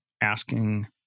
asking